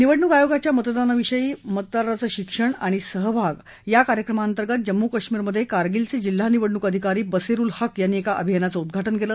निवडणूक आयोगाच्या मतदानाविषयी मतदाराचं शिक्षण आणि सहभाग या कार्यक्रमांतर्गत जम्मू कश्मीरमधे कारगिलचे जिल्हा निवडणूक अधिकारी बसीर उल हक यांनी एका अभियानाचं उद्घाटन केलं